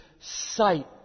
sight